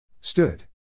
Stood